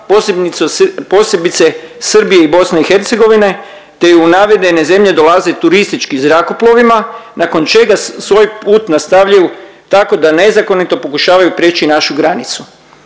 posebice Srbije i BiH te je u navedene zemlje dolaze turističkim zrakoplovima, nakon čega svoj put nastavljaju tako da nezakonito pokušavaju prijeći našu granicu.